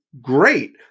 great